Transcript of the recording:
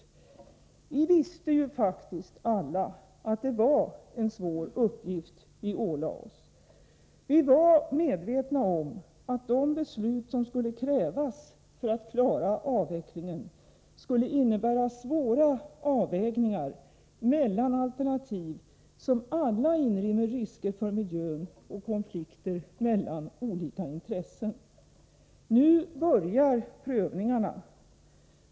Vi visste ju faktiskt alla att det var en svår uppgift vi ålade oss. Vi var medvetna om att de beslut som skulle krävas för att klara avvecklingen skulle innebära svåra avvägningar mellan alternativ, som alla inrymmer risker för miljön och konflikter mellan olika intressen. Nu börjar prövningarna.